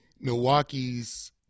Milwaukee's